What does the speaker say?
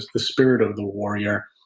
the spirit of the warrior,